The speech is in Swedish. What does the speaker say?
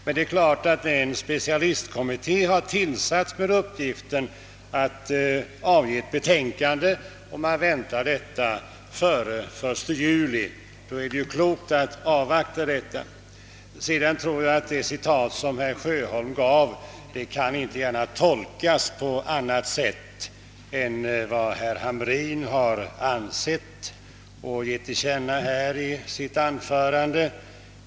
Men när nu en specialistkommitté har tillsatts och dess betänkande väntas före 1 juli, anser jag det vara klokt att avvakta det. Sedan tror jag inte att den passus som herr Sjöholm här citerat kan tolkas på annat sätt än herr Hamrin i Jönköping gjorde i sitt anförande.